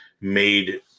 made